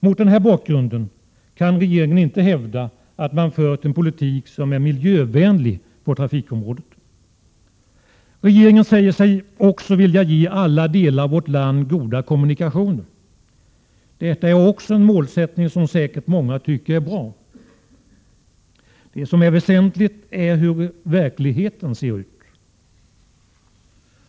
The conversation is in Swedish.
Mot den här bakgrunden kan regeringen inte hävda att man fört en politik som är miljövänlig på trafikområdet. Regeringen säger sig också vilja ge alla delar av vårt land goda kommunikationer. Detta är också en målsättning som säkert många tycker låter bra. Det som är väsentligt är hur verkligheten ser ut!